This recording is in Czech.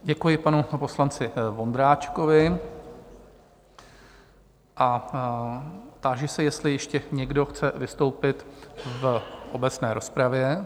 Děkuji panu poslanci Vondráčkovi a táži se, jestli ještě někdo chce vystoupit v obecné rozpravě?